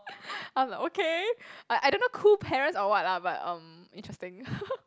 I'm like okay I I don't know cool parents or what lah but um interesting